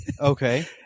Okay